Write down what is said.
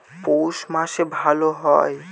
পৌষ মাসে ভালো হয়?